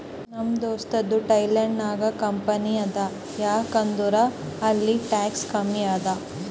ನಮ್ ದೋಸ್ತದು ಥೈಲ್ಯಾಂಡ್ ನಾಗ್ ಕಂಪನಿ ಅದಾ ಯಾಕ್ ಅಂದುರ್ ಅಲ್ಲಿ ಟ್ಯಾಕ್ಸ್ ಕಮ್ಮಿ ಅದಾ